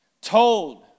told